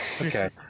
Okay